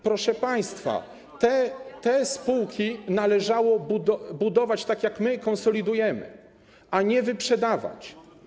Proszę państwa, te spółki należało budować, tak jak my je konsolidujemy, a nie wyprzedawać.